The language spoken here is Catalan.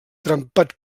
trempat